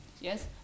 yes